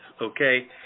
okay